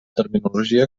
terminologia